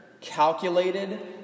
calculated